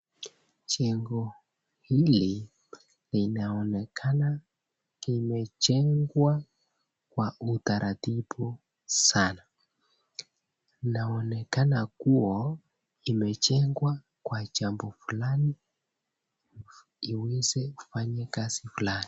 Jengo hili linaonekana imejengwa kwa utaratibu sana. Inaonekana kuwa imejengwa kwa jambo fulani iweze kufanya jambo fulani.